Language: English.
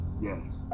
Yes